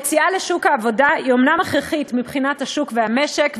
היציאה לשוק העבודה היא אומנם הכרחית מבחינת השוק והמשק,